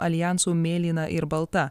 aljansu mėlyna ir balta